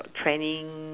training